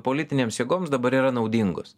politinėms jėgoms dabar yra naudingos